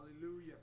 Hallelujah